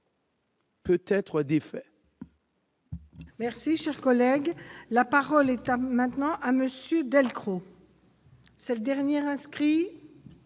peut être défait.